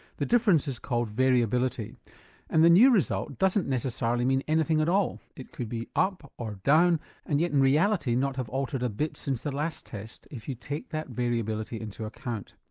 the difference is called variability and the new result doesn't necessarily mean anything at all. it could be up or down and yet in reality not have altered a bit since the last test, if you take that variability into account.